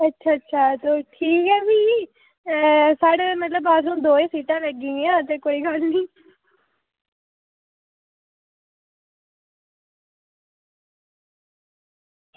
अच्छा अच्छा तो ठीक ऐ भी ते साढ़े बाथरूम मतलब दौ गै सीटां लग्गी दियां कोई गल्ल निं